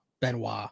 Benoit